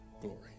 glory